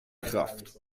kraft